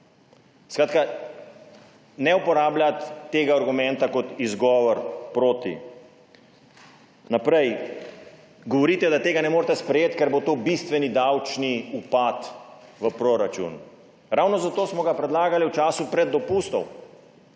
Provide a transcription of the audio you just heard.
Skratka, ne uporabljati tega argumenta kot izgovor proti. Naprej. Govorite, da tega ne morete sprejeti, ker bo to bistveni davčni upad v proračunu. Ravno zato smo ga predlagali v času pred dopustom